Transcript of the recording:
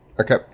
Okay